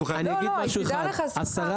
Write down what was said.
הדרך.